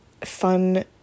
fun